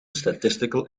statistical